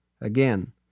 Again